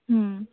ᱦᱩᱸ